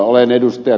olen ed